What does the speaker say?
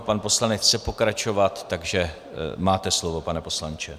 Pan poslanec chce pokračovat, takže máte slovo, pane poslanče.